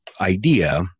idea